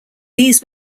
these